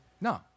No